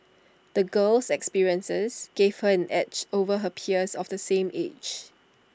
the girl's experiences gave her an edge over her peers of the same age